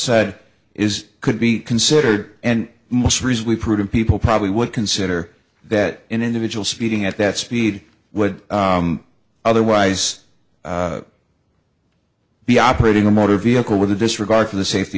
said is could be considered and most recently proven people probably would consider that an individual speeding at that speed would otherwise be operating a motor vehicle with a disregard for the safety